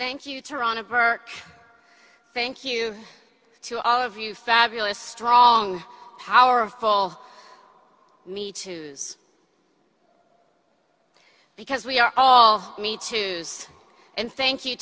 thank you toronto burke thank you to all of you fabulous strong powerful me too because we are all me too and thank you